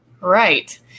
Right